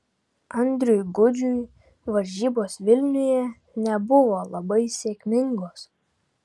andriui gudžiui varžybos vilniuje nebuvo labai sėkmingos